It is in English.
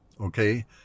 okay